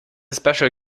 special